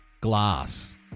glass